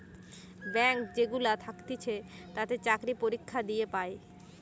bank যেগুলা থাকতিছে তাতে চাকরি পরীক্ষা দিয়ে পায়